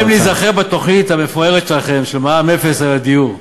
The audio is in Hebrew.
די אם ניזכר בתוכנית המפוארת שלכם של מע"מ אפס על הדיור.